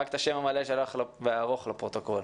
רק את השם המלא והארוך שלך לפרוטוקול.